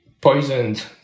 poisoned